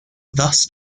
thus